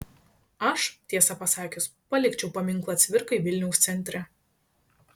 aš tiesą pasakius palikčiau paminklą cvirkai vilniaus centre